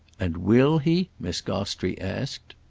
and will he? miss gostrey asked.